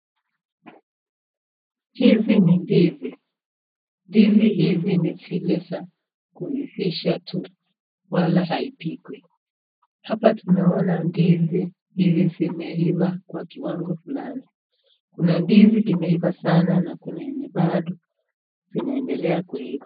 Hizi ni ndizi. Ndizi hizi ni zile za kuivisha tu wala haipikwi. Hapa tunaona ndizi hizi zimeiva kwa kiwango fulani. Kuna ndizi imeiva sana na kuna yenye bado zinaendelea kuiva.